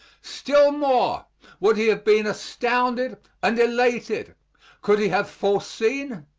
still more would he have been astounded and elated could he have foreseen,